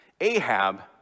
Ahab